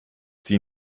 sie